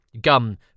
gum